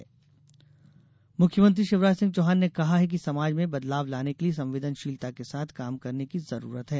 मुख्यमंत्री मुख्यमंत्री शिवराज सिंह चौहान ने कहा है कि समाज में बदलाव लाने के लिए संवेदनशीलता के साथ काम करने की जरूरत है